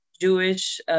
Jewish